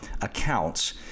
accounts